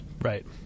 Right